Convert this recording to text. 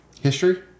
History